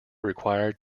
required